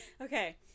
Okay